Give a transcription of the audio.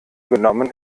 genommen